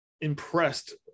impressed